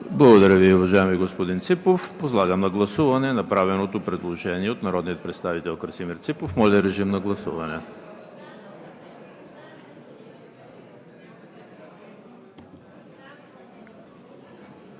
Благодаря Ви, уважаеми господин Ципов. Подлагам на гласуване направеното предложение от народния представител Красимир Ципов. Гласували